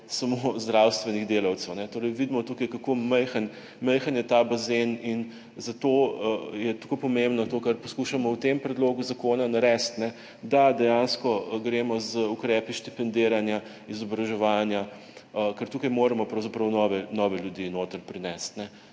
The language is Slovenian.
samo zdravstvenih delavcev. Torej vidimo tukaj, kako majhen je ta bazen, in zato je tako pomembno to, kar poskušamo v tem predlogu zakona narediti, da dejansko gremo z ukrepi štipendiranja, izobraževanja, ker tukaj moramo pravzaprav nove ljudi noter prinesti.